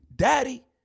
Daddy